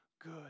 good